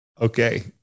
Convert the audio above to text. Okay